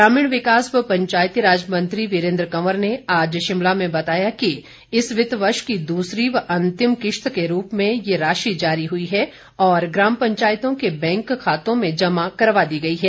ग्रामीण विकास व पंचायती राज मंत्री वीरेन्द्र कंवर ने आज शिमला में बताया कि इस वित्त वर्ष की दूसरी व अंतिम किश्त के रूप में ये राशि जारी हुई है और ग्राम पंचायत के बैंक खातों में जमा करवा दी गई है